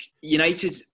United